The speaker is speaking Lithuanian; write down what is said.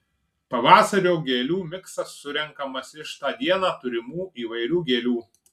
pavasario gėlių miksas surenkamas iš tą dieną turimų įvairių gėlių